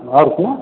न